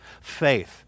faith